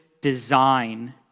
design